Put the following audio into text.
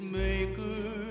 maker